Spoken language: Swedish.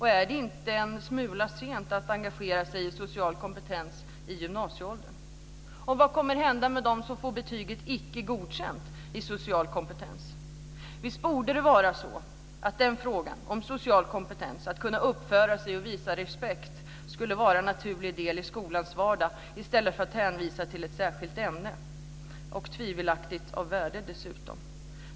Är det inte en smula sent att engagera sig i social kompetens när eleverna är i gymnasieåldrarna? Och vad kommer att hända med dem som får betyget Icke godkänd i social kompetens? Social kompetens - att kunna uppföra sig och visa respekt - borde vara en naturlig del av skolans vardag i stället för att hänvisas till ett eget ämne, av tvivelaktigt värde dessutom.